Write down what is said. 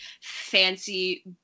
fancy